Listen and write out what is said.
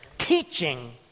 teaching